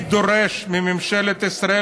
אני דורש מממשלת ישראל,